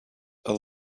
are